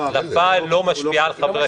ההחלפה לא משפיעה על חברי הכנסת.